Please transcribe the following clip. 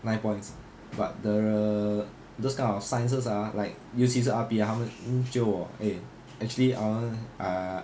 nine points but the those kind of sciences ah like 尤其是 R_P ah 他们 jio 我 eh actually I want